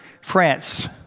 France